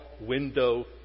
window